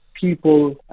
people